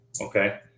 Okay